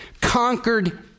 conquered